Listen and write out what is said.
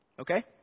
Okay